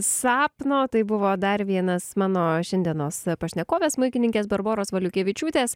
sapno tai buvo dar vienas mano šiandienos pašnekovės smuikininkės barboros valiukevičiūtės